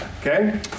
Okay